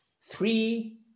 three